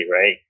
right